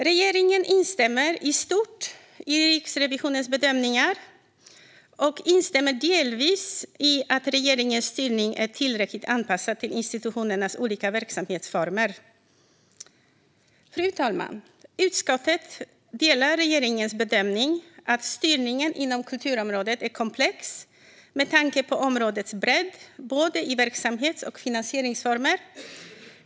Regeringen instämmer i stort i Riksrevisionens bedömningar och instämmer delvis i att regeringens styrning är otillräckligt anpassad till institutionernas olika verksamhetsformer. Fru talman! Utskottet delar regeringens bedömning att styrningen inom kulturområdet är komplex med tanke på områdets bredd i fråga om både verksamhets och finansieringsformer.